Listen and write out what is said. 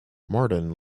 martin